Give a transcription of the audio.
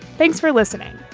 thanks for listening.